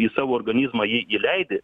į savo organizmą jį įleidi